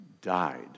died